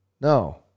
no